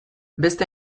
beste